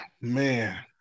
man